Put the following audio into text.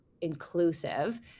inclusive